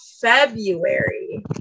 February